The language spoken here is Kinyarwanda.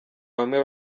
bamwe